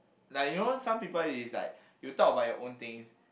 like you know some people is like you talk about your own things